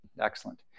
Excellent